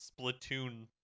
Splatoon